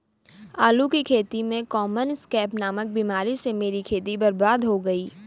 आलू की खेती में कॉमन स्कैब नामक बीमारी से मेरी खेती बर्बाद हो गई